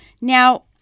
Now